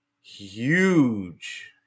huge